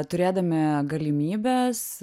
turėdami galimybes